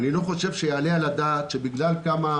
לא יעלה על הדעת שבגלל כמה